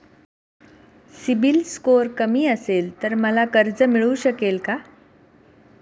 CIBIL score कमी असेल तर मला कर्ज मिळू शकेल का?